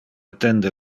attende